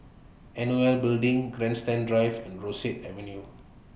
N O L Building Grandstand Drive and Rosyth Avenue